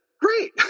great